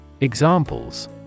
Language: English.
Examples